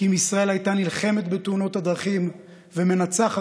כי אם ישראל הייתה נלחמת בתאונות הדרכים ומנצחת,